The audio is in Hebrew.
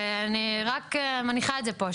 ואני רק מניחה את זה פה,